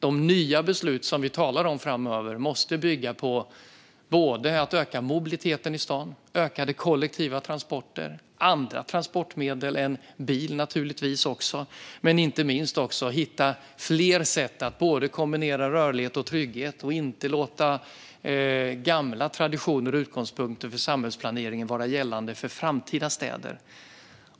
De nya beslut som vi talar om framöver måste bygga på ökad mobilitet i staden, ökade kollektiva transporter, andra transportmedel än bil, naturligtvis, och inte minst på att hitta fler sätt att kombinera rörlighet och trygghet. Vi ska inte låta gamla traditioner och utgångspunkter för samhällsplaneringen vara gällande för framtida städer.